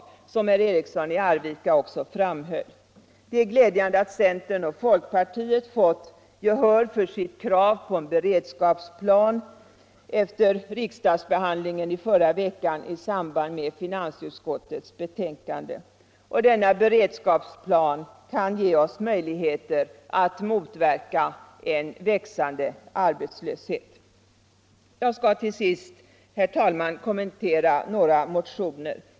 Detta framhöll också herr Eriksson i Arvika. Det är glädjande att centern och folkpartiet har fått sitt krav på en beredskapsplan tillgodosett i riksdagen. Denna beredskapsplan kan ge oss möjligheter att motverka en växande arbetslöshet. Sedan vill jag också helt kort kommentera några motioner.